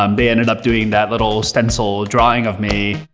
um they ended up doing that little stencil drawing of me.